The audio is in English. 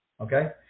okay